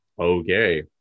okay